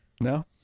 no